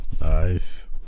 Nice